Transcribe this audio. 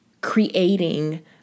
creating